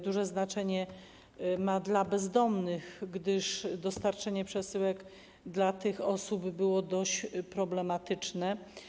Duże znaczenie ma także dla bezdomnych, gdyż dostarczenie przesyłek do tych osób było dość problematyczne.